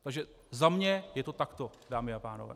Takže za mě je to takto, dámy a pánové.